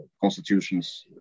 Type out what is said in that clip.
constitutions